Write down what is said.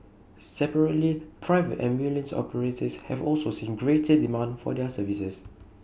separately private ambulance operators have also seen greater demand for their services